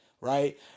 right